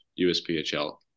USPHL